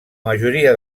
majoria